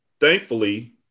Thankfully